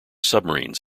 submarines